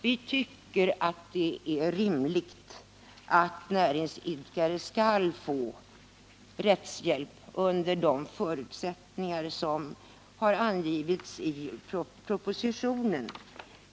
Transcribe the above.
Vi tycker att det är rimligt att näringsidkare skall få rättshjälp under de förutsättningar som har angivits i propositionen.